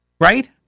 Right